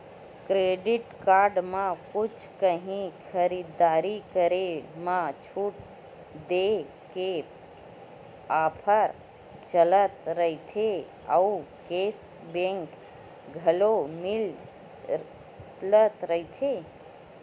credit card म कुछु काही खरीददारी करे म छूट देय के ऑफर चलत रहिथे अउ केस बेंक घलो मिलत रहिथे